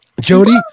Jody